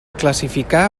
classificà